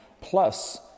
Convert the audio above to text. plus